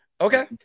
Okay